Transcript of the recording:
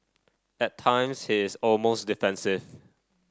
at times he is almost defensive